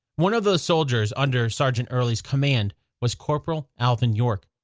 one of those soldiers under sergeant early's command was corporal alvin york.